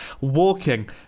walking